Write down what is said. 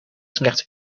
slechts